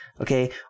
Okay